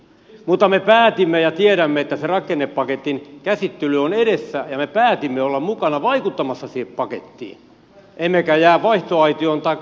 mutta me tiedämme että se rakennepaketin käsittely on edessä ja me päätimme olla mukana vaikuttamassa siihen pakettiin emmekä jää vaihtoaitioon tai katsomoon